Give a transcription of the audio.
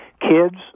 Kids